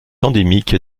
endémique